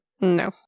No